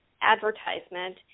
advertisement